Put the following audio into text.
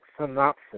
synopsis